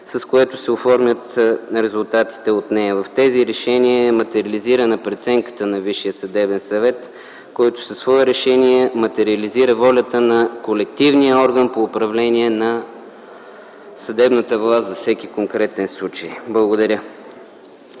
с което се оформят резултатите от нея. В тези решения е материализирана преценката на Висшия съдебен съвет, който със свое решение материализира волята на колективния орган по управление на съдебната власт за всеки конкретен случай. Благодаря.